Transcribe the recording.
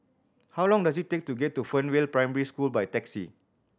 how long does it take to get to Fernvale Primary School by taxi